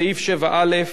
סעיף 7(א)